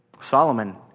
Solomon